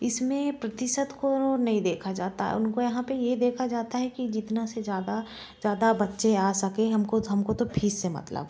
इसमें प्रतिशत को नहीं देखा जाता है उनको यहाँ पे ये देखा जाता है कि जितना से ज़्यादा ज़्यादा बच्चे आ सके हमको हमको तो से मतलब है